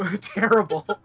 terrible